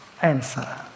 Answer